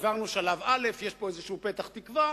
עברנו שלב א', יש פה איזשהו פתח תקווה,